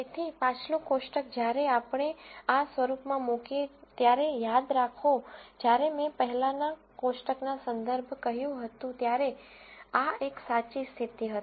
તેથી પાછલું કોષ્ટક જ્યારે આપણે આ સ્વરૂપમાં મૂકીએ ત્યારે યાદ રાખો જ્યારે મેં પહેલાનાં કોષ્ટકના સંદર્ભમાં કહ્યું હતું ત્યારે આ એક સાચી સ્થિતિ હતી